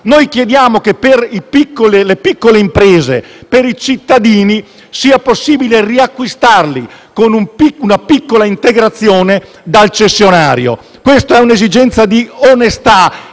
noi chiediamo allora che per le piccole imprese e per i cittadini sia possibile riacquistarli, con una piccola integrazione, dal cessionario. È un'esigenza di onestà